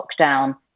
Lockdown